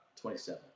27